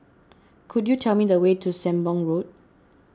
could you tell me the way to Sembong Road